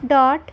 dot